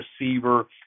receiver